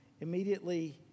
immediately